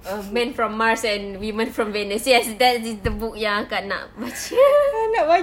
err men from mars and women from venus yes that is the book yang akak nak baca